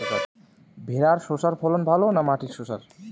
ভেরার শশার ফলন ভালো না মাটির শশার?